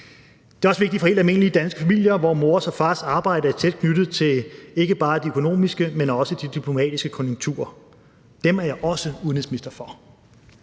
Det er også vigtigt for helt almindelige danske familier, hvor mors og fars arbejde er tæt knyttet til ikke bare de økonomiske, men også de diplomatiske konjunkturer. Dem er jeg også udenrigsminister for.